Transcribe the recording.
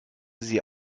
sie